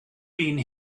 been